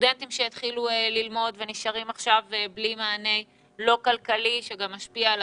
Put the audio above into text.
סטודנטים שהחלו ללמוד ונשארים עכשיו ללא מענה כלכלי שמשפיע גם על